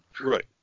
Right